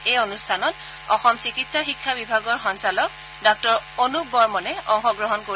এই অনুষ্ঠানত অসমৰ চিকিৎসা শিক্ষা বিভাগৰ সঞ্চালক ডাঃ অনুপ বৰ্মনে অংশগ্ৰহণ কৰিব